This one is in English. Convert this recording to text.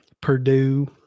Purdue